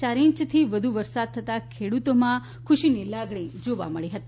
ચાર ઇંચથી વધુ વરસાદ થતાં ખેડૂતોમાં ખુશીની લાગણી જોવા મળી રહી છે